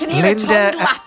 Linda